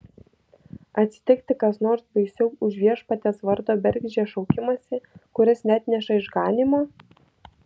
atsitikti kas nors baisiau už viešpaties vardo bergždžią šaukimąsi kuris neatneša išganymo